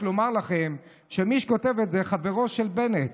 רק לומר לכם שמי שכותב את זה הוא חברו של בנט,